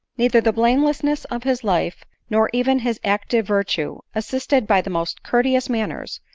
neither the baselessness of his life, nor even his active virtue, assisted by the most courteous manners,